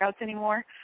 anymore